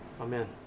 Amen